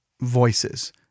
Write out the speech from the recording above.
voices